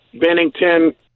Bennington